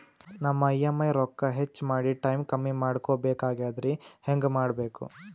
ನಮ್ಮ ಇ.ಎಂ.ಐ ರೊಕ್ಕ ಹೆಚ್ಚ ಮಾಡಿ ಟೈಮ್ ಕಮ್ಮಿ ಮಾಡಿಕೊ ಬೆಕಾಗ್ಯದ್ರಿ ಹೆಂಗ ಮಾಡಬೇಕು?